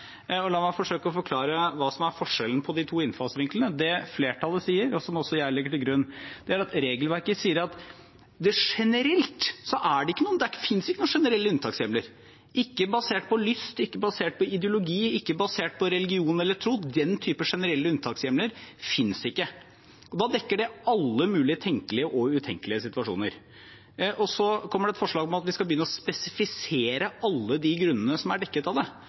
La meg forsøke å forklare hva som er forskjellen på de to innfallsvinklene. Det flertallet sier, og som også jeg legger til grunn, er at det generelt ikke finnes noen unntakshjemler i regelverket – ikke basert på lyst, ikke basert på ideologi, ikke basert på religion eller tro. Den typen generelle unntakshjemler finnes ikke, og da dekker det alle mulige tenkelige og utenkelige situasjoner. Så kommer det forslag om at vi skal begynne å spesifisere alle de grunnene som er dekket av det.